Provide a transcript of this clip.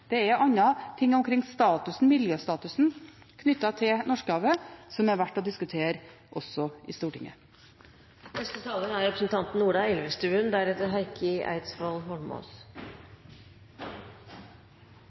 Det er andre ting omkring miljøstatusen knyttet til Norskehavet som er verdt å diskutere også i